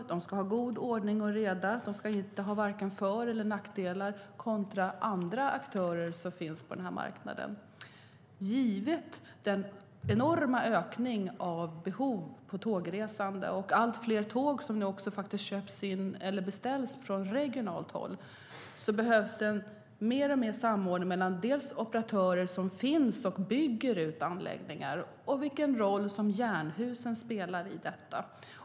Man ska ha god ordning och reda och ska inte ha vare sig för eller nackdelar i förhållande till andra aktörer på marknaden. Givet den enorma ökning av behov av tågresande och att allt fler tåg nu beställs på regionalt håll behövs det mer samordning mellan operatörer som bygger ut anläggningar och Jernhusen, som spelar en roll i detta.